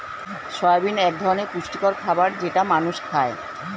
soybean এক ধরনের পুষ্টিকর খাবার যেটা মানুষ খায়